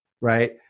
right